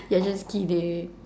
you're just kidding